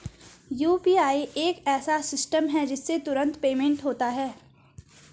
UPI एक ऐसा system है जिससे तुरंत पेमेंट होता है